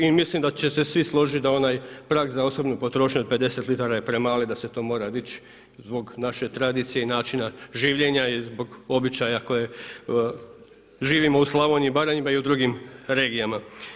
I mislim da će svi složiti da onaj prag za osobnu potrošnju od 50 litara je premali da se to morat dići zbog naše tradicije i načina življenja i zbog običaja koje živimo u Slavoniji i Baranji pa i u drugim regijama.